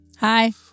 Hi